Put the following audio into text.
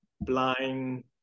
blind